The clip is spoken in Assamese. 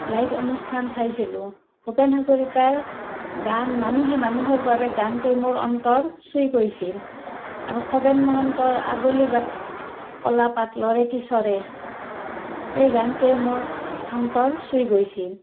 লাইভ অনুষ্ঠান চাইছিলোঁ ভূপেন হাজৰিকাৰ গান ''মানুহে মানুহৰ বাবে'' গানটোৱে মোৰ অন্তৰ চূই গৈছিল আৰু খগেন মহন্তৰ ''আগলি বাট কলা পাত লৰে কি চৰে'' সেই গানটোৱে মোৰ অন্তৰ চুই গৈছিল